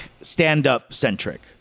stand-up-centric